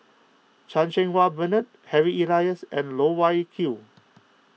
Chan Cheng Wah Bernard Harry Elias and Loh Wai Kiew